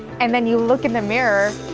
and then you look in the mirror.